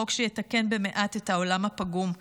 חוק שיתקן במעט את העולם הפגום.